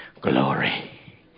Glory